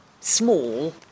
small